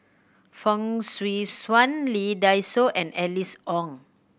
Fong Swee Suan Lee Dai Soh and Alice Ong